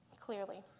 clearly